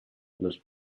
los